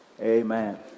Amen